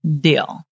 Deal